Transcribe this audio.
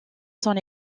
son